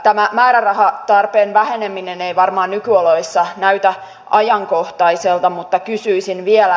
tämä määrärahatarpeen väheneminen ei varmaan nykyoloissa näytä ajankohtaiselta mutta kysyisin vielä